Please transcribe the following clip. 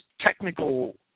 technical